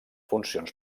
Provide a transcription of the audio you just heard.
funcions